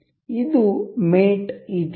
ಇದು ಮೇಟ್ ಇತಿಹಾಸ